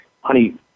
honey